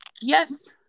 Yes